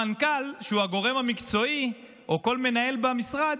המנכ"ל, שהוא הגורם המקצועי, או כל מנהל במשרד,